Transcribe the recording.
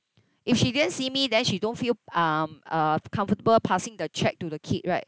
if she didn't see me then she don't feel um uh comfortable passing the cheque to the kid right